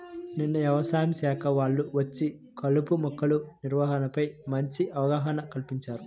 నిన్న యవసాయ శాఖ వాళ్ళు వచ్చి కలుపు మొక్కల నివారణపై మంచి అవగాహన కల్పించారు